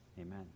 Amen